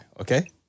okay